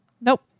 Nope